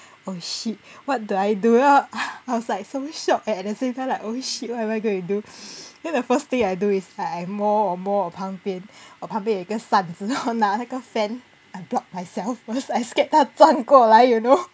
oh shit what do I do uh I was like so shocked and at the same time lah oh shit what am I going to do then the first thing I do is I 摸我摸我旁边我旁边有一个扇子真的我拿那个 fan I blocked myself first I scared 它撞过来 you know